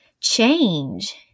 change